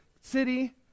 city